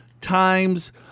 times